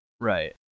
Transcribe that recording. Right